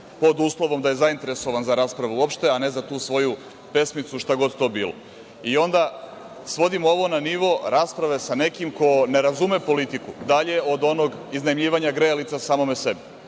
pod uslovom da je zainteresovan za raspravu uopšte, a ne za tu svoju pesmicu, šta god to bilo. I onda svodimo ovo na nivo rasprave sa nekim ko ne razume politiku dalje od onoga iznajmljiva grejalice samome sebi.